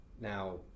Now